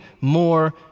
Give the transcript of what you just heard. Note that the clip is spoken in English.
more